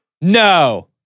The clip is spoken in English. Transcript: No